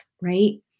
right